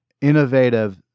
innovative